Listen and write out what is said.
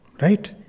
right